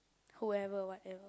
whoever whatever